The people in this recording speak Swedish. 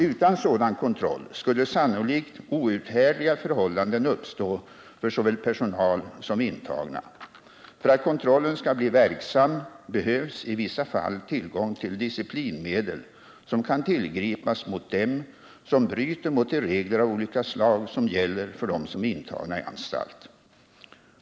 Utan sådan kontroll skulle sannolikt outhärdliga förhållanden uppstå för såväl personal som intagna. För att kontrollen skall bli verksam behövs i vissa fall tillgång till disciplinmedel som kan tillgripas mot dem som bryter mot de regler av olika slag som gäller för dem som är intagna i anstalt.